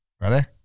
Ready